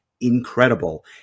incredible